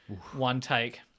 one-take